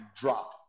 drop –